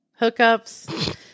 hookups